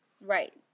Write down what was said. right